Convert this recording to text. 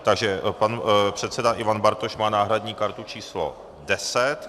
Takže pan předseda Ivan Bartoš má náhradní kartu číslo 10.